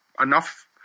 enough